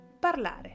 parlare